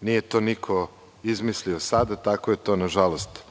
niko to nije sada izmislio, tako je to, nažalost,